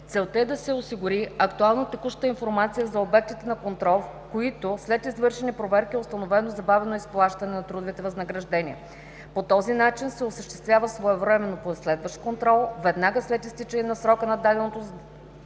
Целта е да осигури актуално текуща информация за обектите на контрол, които, след извършени проверки, е установено забавено изплащане на трудовите възнаграждения. По този начин се осъществява своевременно последващ контрол веднага, след изтичане на срока на даденото